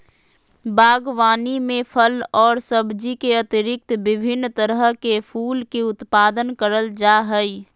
बागवानी में फल और सब्जी के अतिरिक्त विभिन्न तरह के फूल के उत्पादन करल जा हइ